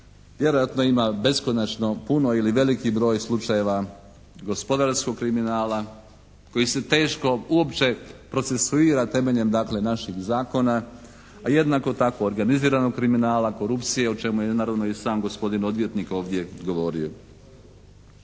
Vjerojatno ima beskonačno puno ili veliki broj slučajeva gospodarskog kriminala koji se teško, uopće procesuira temeljem dakle naših zakona a jednako tako organiziranog kriminala, korupcije o čemu je naravno i sam gospodin odvjetnik ovdje govorio.